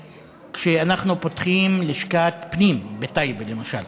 כשאנחנו פותחים לשכת משרד פנים, בטייבה למשל,